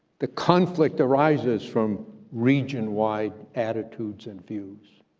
the conflict arises from region-wide attitudes and views.